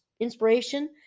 inspiration